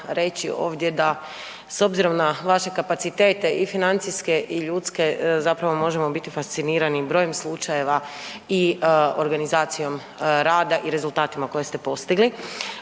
reći ovdje da s obzirom na vaše kapacitete i financijske i ljudske zapravo možemo biti fascinirani brojem slučajeva i organizacijom rada i rezultatima koje ste postigli,